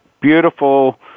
beautiful